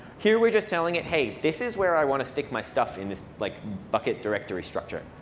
here we're just telling it, hey, this is where i want to stick my stuff in this like bucket directory structure.